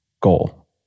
goal